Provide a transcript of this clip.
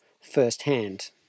firsthand